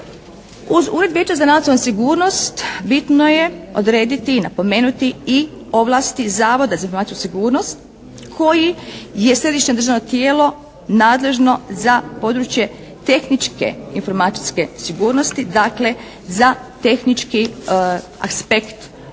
Uz Ured Vijeća za nacionalnu sigurnost bitno je odrediti i napomenuti i ovlasti Zavoda za informacijsku sigurnost koji je središnje državno tijelo nadležno za područje tehničke informacijske sigurnosti, dakle za tehnički aspekt ove